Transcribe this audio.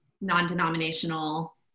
non-denominational